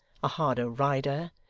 a harder rider,